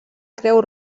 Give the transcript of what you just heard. creu